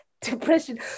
depression